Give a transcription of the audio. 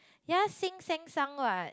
ya sink sank sunk what